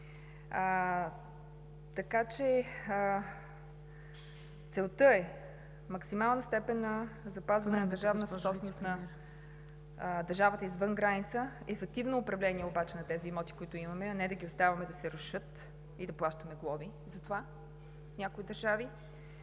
хил. лв. Целта е в максимална степен на запазване на държавната собственост на държавата извън граница и ефективно управление обаче на тези имоти, които имаме, а не да ги оставяме да се рушат и да плащаме глоби затова в някои държави.